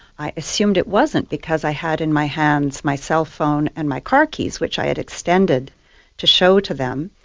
i assumed it wasn't because i had in my hands my cell phone and my car keys, which i had extended to show to them,